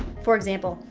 for example,